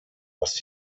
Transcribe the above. was